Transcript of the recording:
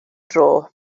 dro